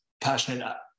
passionate